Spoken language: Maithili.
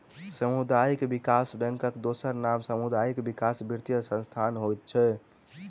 सामुदायिक विकास बैंकक दोसर नाम सामुदायिक विकास वित्तीय संस्थान होइत छै